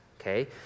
okay